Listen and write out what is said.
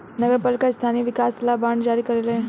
नगर पालिका स्थानीय विकास ला बांड जारी करेले